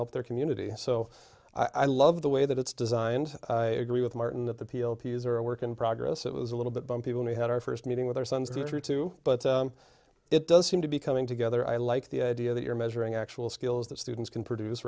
help their community and so i love the way that it's designed to agree with martin that the p o p is are a work in progress it was a little bit bumpy when we had our first meeting with our son's teacher too but it does seem to be coming together i like the idea that you're measuring actual skills that students can produce